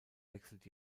wechselt